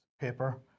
paper